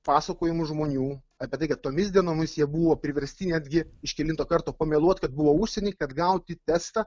pasakojimų žmonių apie tai kad tomis dienomis jie buvo priversti netgi iš kelinto karto pameluot kad buvo užsieny kad gauti testą